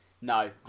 No